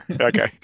okay